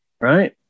right